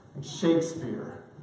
Shakespeare